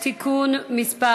(תיקון מס'